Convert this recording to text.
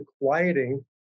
quieting